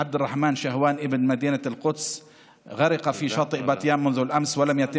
(עבד א-רחמן, גלי הים מטלטלים